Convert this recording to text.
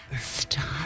Stop